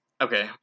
okay